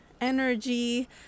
energy